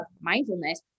mindfulness